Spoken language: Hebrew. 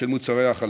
של מוצרי החלב.